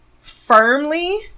firmly